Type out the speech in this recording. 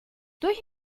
durch